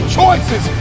choices